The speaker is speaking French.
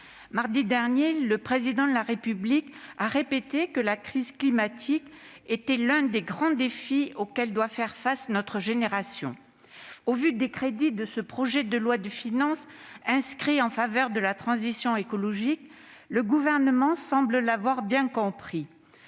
mardi dernier, le Président de la République a répété que la crise climatique était l'un des grands défis auxquels doit faire face notre génération. Vu le montant des crédits de ce projet de loi de finances inscrits en faveur de la transition écologique, le Gouvernement semble l'avoir bien compris.